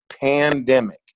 pandemic